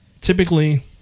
typically